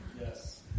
Yes